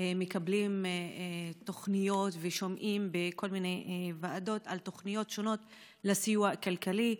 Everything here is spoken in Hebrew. מקבלים תוכניות ושומעים בכל מיני ועדות על תוכניות שונות לסיוע הכלכלי.